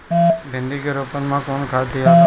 भिंदी के रोपन मे कौन खाद दियाला?